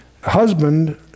husband